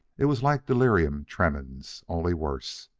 it was like delirium tremens, only worse.